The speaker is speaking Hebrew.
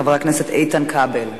חבר הכנסת איתן כבל,